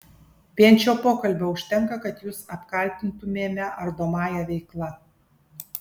vien šio pokalbio užtenka kad jus apkaltintumėme ardomąja veikla